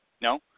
No